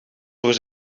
voor